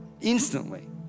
instantly